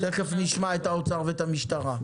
תכף נשמע את האוצר ואת המשטרה.